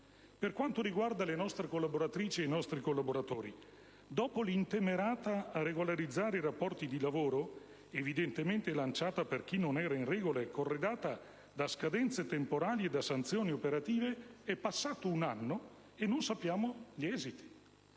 Per quanto riguarda le nostre collaboratrici e i nostri collaboratori, dall'intemerata a regolarizzare i rapporti di lavoro (evidentemente lanciata per chi non era in regola), corredata da scadenze temporali e sanzioni operative, è passato un anno e non sappiamo gli esiti.